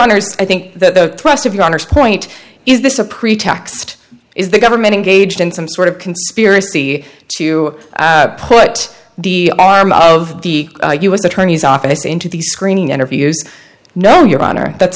honor's i think the thrust of your honor's point is this a pretext is the government engaged in some sort of conspiracy to put the arm of the u s attorney's office into these screening interviews no your honor that's